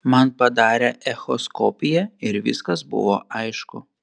man padarė echoskopiją ir viskas buvo aišku